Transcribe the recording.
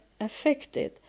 affected